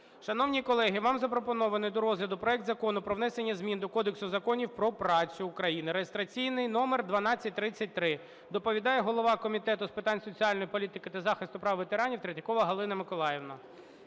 Шановні колеги, вам запропонований до розгляду проект Закону про внесення змін до Кодексу законів про працю України (реєстраційний номер 1233). Доповідає голова Комітету з питань соціальної політики та захисту прав ветеранів Третьякова Галина Миколаївна.